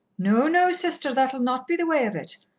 no, no, sister, that'll not be the way of it.